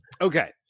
okay